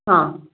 हां